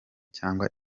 cyangwa